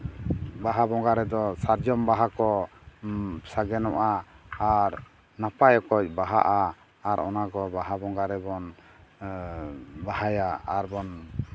ᱵᱟᱦᱟ ᱵᱚᱸᱜᱟ ᱨᱮᱫᱚ ᱥᱟᱨᱡᱚᱢ ᱵᱟᱦᱟ ᱠᱚ ᱥᱟᱜᱮᱱᱚᱜᱼᱟ ᱟᱨ ᱱᱟᱯᱟᱭ ᱚᱠᱚᱡ ᱵᱟᱦᱟᱜᱼᱟ ᱟᱨ ᱚᱱᱟ ᱠᱚ ᱵᱟᱦᱟ ᱵᱚᱸᱜᱟ ᱨᱮᱵᱚᱱ ᱵᱟᱦᱟᱭᱟ ᱟᱨ ᱵᱚᱱ